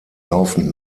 laufend